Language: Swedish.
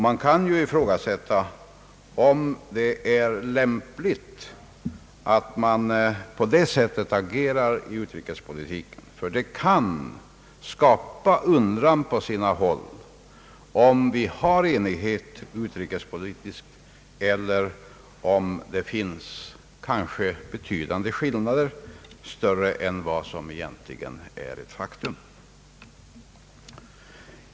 Man kan ifrågasätta om det är lämpligt att agera på det sättet i utrikespolitiskt hänseende. Det kan nämligen väcka undran på sina håll om huruvida vi är eniga utrikespolitiskt sett. Andra länders företrädare kan få den felaktiga uppfattningen att det föreligger betydande skillnader — större än de som i verkligheten finns.